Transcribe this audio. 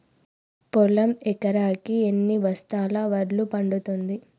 పొలం ఎకరాకి ఎన్ని బస్తాల వడ్లు పండుతుంది?